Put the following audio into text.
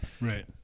Right